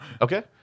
Okay